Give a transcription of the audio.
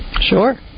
Sure